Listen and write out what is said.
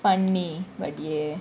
funny but ya